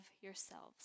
yourselves